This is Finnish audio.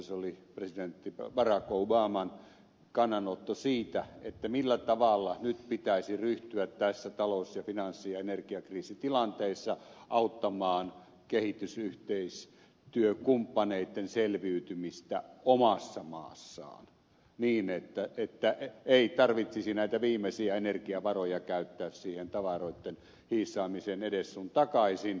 se oli presidentti barack obaman kannanotto siitä millä tavalla nyt pitäisi ryhtyä tässä talous ja finanssi ja energiakriisitilanteessa auttamaan kehitysyhteistyökumppaneitten selviytymistä omassa maassaan niin että ei tarvitsisi näitä viimeisiä energiavaroja käyttää siihen tavaroitten hiissaamiseen edes sun takaisin